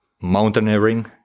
Mountaineering